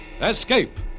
Escape